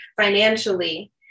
financially